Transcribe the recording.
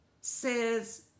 says